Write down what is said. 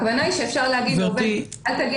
הכוונה היא שאפשר להגיד לעובד שלא יגיע